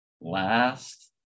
Last